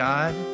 God